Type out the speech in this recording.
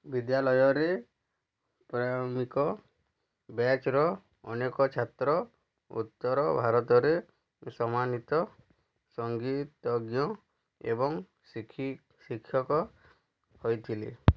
ବିଦ୍ୟାଳୟର ପ୍ରାରମ୍ଭିକ ବ୍ୟାଚ୍ର ଅନେକ ଛାତ୍ର ଉତ୍ତର ଭାରତରେ ସମ୍ମାନିତ ସଂଗୀତଜ୍ଞ ଏବଂ ଶିକ୍ଷକ ହୋଇଥିଲେ